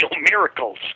miracles